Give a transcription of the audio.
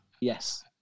Yes